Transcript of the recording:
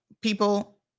people